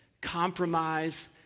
compromise